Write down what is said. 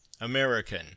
American